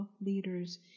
leaders